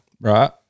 Right